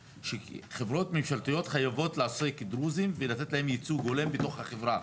חברות ממשלתיות חייבות להעסיק דרוזים ולתת להם ייצוג הולם בתוך החברה.